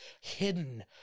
Hidden